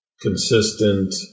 consistent